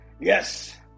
yes